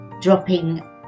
dropping